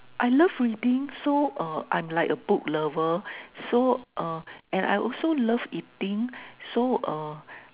I love reading so err I'm like a book lover so uh and I also love eating so uh